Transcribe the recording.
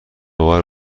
باور